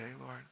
Lord